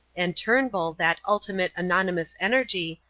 and turnbull that ultimate anonymous energy,